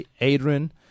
Adrian